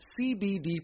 CBD